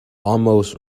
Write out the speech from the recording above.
almost